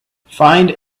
find